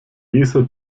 leser